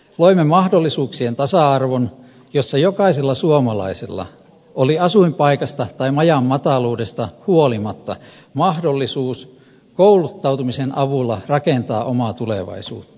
loimme mahdollisuuksien tasa arvon jossa jokaisella suomalaisella oli asuinpaikasta tai majan mataluudesta huolimatta mahdollisuus kouluttautumisen avulla rakentaa omaa tulevaisuuttaan